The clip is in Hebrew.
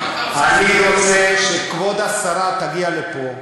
אני רוצה שכבוד השרה תגיע לפה,